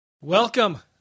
Welcome